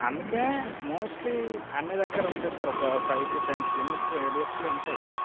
అందుకని మోస్ట్లీ అన్నీ దగ్గర ఉంటాయి సార్ ఒక ఫైవ్ టూ టెన్ కిలోమీటర్ రేడియస్లో ఉంటాయి